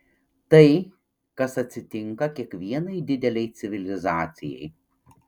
tai kas atsitinka kiekvienai didelei civilizacijai